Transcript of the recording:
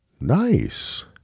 Nice